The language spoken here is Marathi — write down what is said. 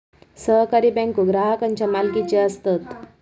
सहकारी बँको ग्राहकांच्या मालकीचे असतत